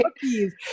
cookies